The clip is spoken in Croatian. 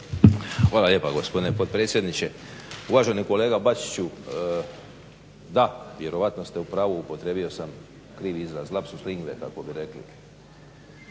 Hvala lijepa gospodine potpredsjedniče. Uvaženi kolega Bačiću, da, vjerojatno ste u pravu, upotrijebio sam krivi izraz, lapsus lingue kako bi rekli.